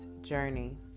journey